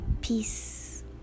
Peace